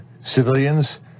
civilians